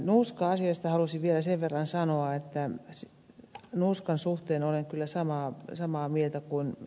nuuska asiasta haluaisin vielä sen verran sanoa että nuuskan suhteen olen kyllä samaa mieltä kuin ed